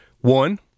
One